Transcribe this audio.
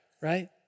Right